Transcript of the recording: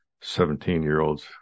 Seventeen-year-olds